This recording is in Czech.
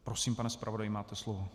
Prosím, pane zpravodaji, máte slovo.